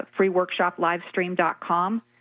freeworkshoplivestream.com